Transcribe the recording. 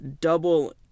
double